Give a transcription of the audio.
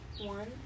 one